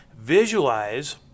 Visualize